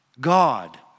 God